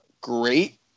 great